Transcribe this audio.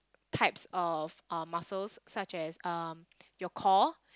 types of uh muscles such as um your core